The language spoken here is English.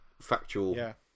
factual